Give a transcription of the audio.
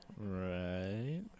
Right